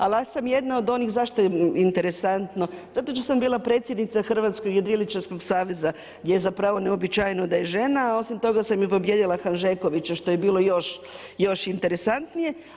Ali ako sam jedna od onih zašto je interesantno zato što sam bila predsjednica Hrvatskog jedriličarskog saveza gdje je zapravo neuobičajeno da je žena, a osim toga sam pobijedila Hanžekovića što je bilo još interesantnije.